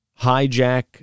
hijack